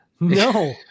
no